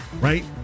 right